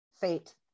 Fate